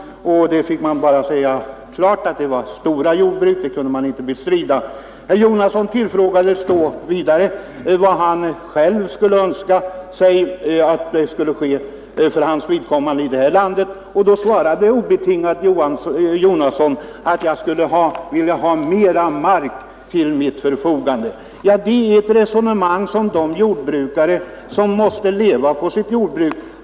Om detta fick man bara klart säga att det var stora jordbruk — det kunde man inte bestrida. Men herr Jonasson tillfrågades vidare vad han önskade skulle ske här i vårt land, och han svarade obetingat: ”Jag skulle vilja ha mera mark till mitt förfogande.” Ja, det är ett resonemang som de jordbrukare för som måste leva på sitt jordbruk.